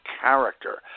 character